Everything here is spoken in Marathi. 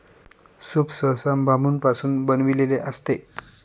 सूप सहसा बांबूपासून बनविलेले असते